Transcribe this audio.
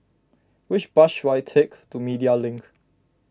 which bus should I take to Media Link